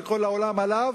וכל העולם עליו,